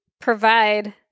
provide